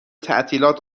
تعطیلات